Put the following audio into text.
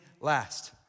last